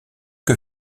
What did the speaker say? que